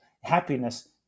Happiness